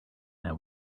now